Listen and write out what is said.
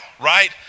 right